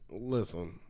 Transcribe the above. listen